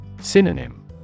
Synonym